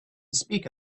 speak